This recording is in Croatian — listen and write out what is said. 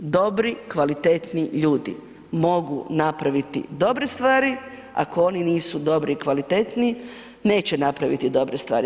Dobri, kvalitetni ljudi mogu napraviti dobre stvari, a ako oni nisu dobri i kvalitetni neće napraviti dobre stvari.